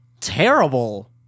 terrible